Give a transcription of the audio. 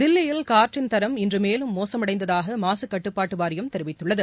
தில்லியில் காற்றின் தரம் இன்று மேலும் மோசமடைந்ததாக மாசுக்கட்டுப்பாட்டு வாரியம் தெரிவித்துள்ளது